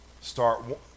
start